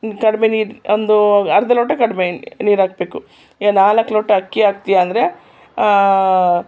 ಹಿಂಗೆ ಕಡಿಮೆ ನೀರು ಒಂದು ಅರ್ಧ ಲೋಟ ಕಡಿಮೆ ನೀರು ಹಾಕಬೇಕು ಈಗ ನಾಲ್ಕು ಲೋಟ ಅಕ್ಕಿ ಹಾಕ್ತೀಯ ಅಂದರೆ